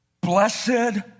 Blessed